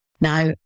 Now